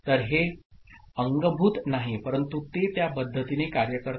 तर हे अंगभूत नाही परंतु ते त्या पद्धतीने कार्य करते